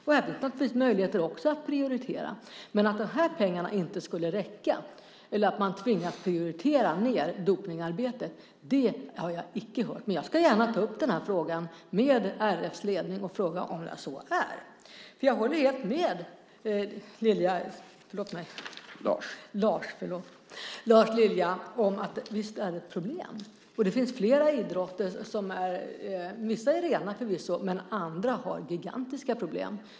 Här finns också möjligheter att prioritera. Men jag har inte hört något om att dessa pengar inte skulle räcka eller att man har tvingats prioritera ned dopningsarbetet. Jag ska gärna ta upp frågan med RF:s ledning. Jag håller helt med Lars Lilja om att det visst är ett problem. Det finns flera idrotter som är rena, förvisso, men andra idrotter har gigantiska problem.